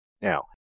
Now